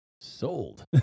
Sold